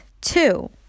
two